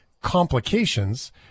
complications